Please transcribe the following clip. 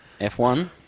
F1